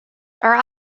are